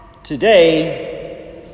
Today